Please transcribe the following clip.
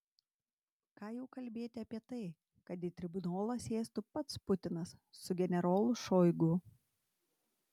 ką jau kalbėti apie tai kad į tribunolą sėstų pats putinas su generolu šoigu